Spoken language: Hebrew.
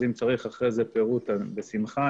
אם צריך אחרי זה פירוט, אז בשמחה.